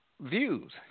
views